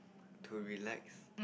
to relax